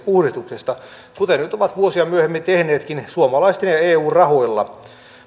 puhdistuksesta kuten nyt ovat vuosia myöhemmin tehneetkin suomalaisten ja eun rahoilla